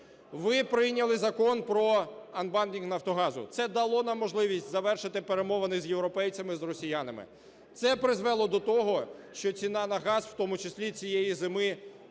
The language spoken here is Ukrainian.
Ви прийняли Закон про анбандлінг "Нафтогазу". Це дало нам можливість завершити перемовини з європейцями, з росіянами. Це призвело до того, що ціна на газ, в тому числі цієї зими,